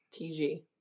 TG